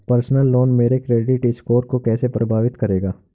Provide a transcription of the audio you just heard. Personal loan मेरे credit score को कैसे प्रभावित करेगा?